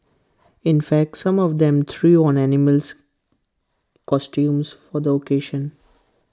in fact some of them threw on animal costumes for the occasion